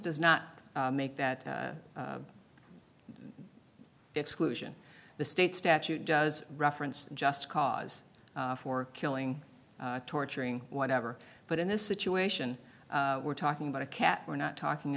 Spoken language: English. does not make that exclusion the state statute does reference just cause for killing torturing whatever but in this situation we're talking about a cat we're not talking